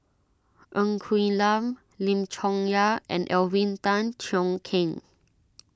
Ng Quee Lam Lim Chong Yah and Alvin Tan Cheong Kheng